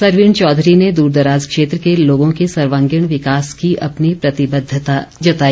सरवीण चौधरी ने दूरदराज क्षेत्र के लोगों के सर्वागीण विकास की अपनी प्रतिबद्धता जताई